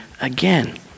again